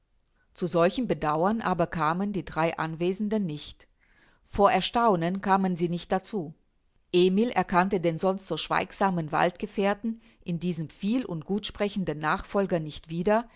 zu solchem bedauern aber kamen die drei anwesenden nicht vor erstaunen kamen sie nicht dazu emil erkannte den sonst so schweigsamen waldgefährten in diesem viel und gut sprechenden nachfolger nicht wieder